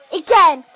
again